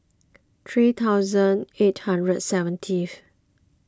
three thousand eight hundred seventeenth